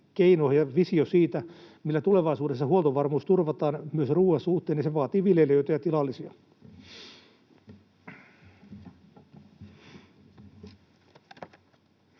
keino ja visio siitä, millä tulevaisuudessa huoltovarmuus turvataan myös ruoan suhteen, ja se vaatii viljelijöitä ja tilallisia.